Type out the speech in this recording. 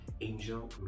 angel